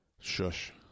Shush